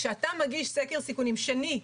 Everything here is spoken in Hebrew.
כשאתה מגיש סקר סיכונים שני,